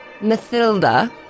Mathilda